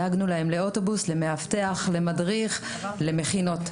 דאגנו להם לאוטובוס, למדריך ולמאבטח.